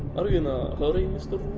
are you in a hurry mr.